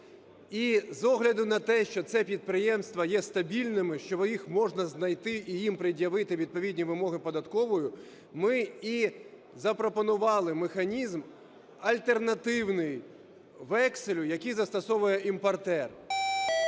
І з огляду на те, що ці підприємства є стабільними, що їх можна знайти і їм пред'явити відповідні вимоги податкової, ми і запропонували механізм альтернативний векселю, який застосовує імпортер.